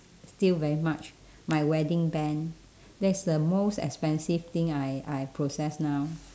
still very much my wedding band that's the most expensive thing I I possess now